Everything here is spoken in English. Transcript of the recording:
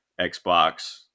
xbox